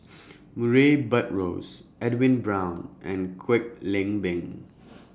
Murray Buttrose Edwin Brown and Kwek Leng Beng